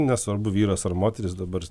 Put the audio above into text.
nesvarbu vyras ar moteris dabar